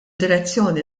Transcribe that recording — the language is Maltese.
direzzjoni